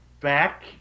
back